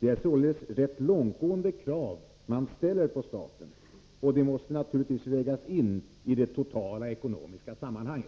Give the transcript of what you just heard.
Det är således rätt långtgående krav man ställer på staten. De måste naturligtvis vägas in i det totala ekonomiska sammanhanget.